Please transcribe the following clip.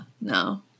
no